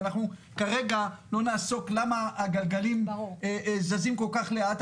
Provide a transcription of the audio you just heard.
ואנחנו כרגע לא נעסוק בלמה הגלגלים זזים כל כך לאט,